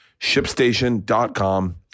Shipstation.com